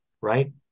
right